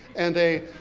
and they,